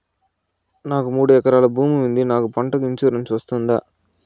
నాకు మూడు ఎకరాలు భూమి ఉంది నాకు పంటల ఇన్సూరెన్సు వస్తుందా?